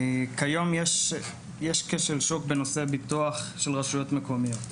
כיום יש כשל שוק בנושא ביטוח של רשויות מקומיות.